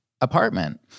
apartment